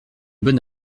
bonne